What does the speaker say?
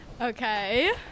Okay